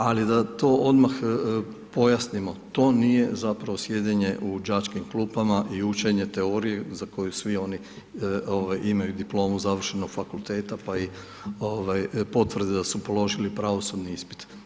Ali, da to odmah pojasnimo, to nije zapravo sjedenje u đačkim klupama i učenje teorije za koju svi oni imaju diplomu završenog fakulteta, pa i potvrde da su položili pravosudni ispit.